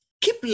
Keep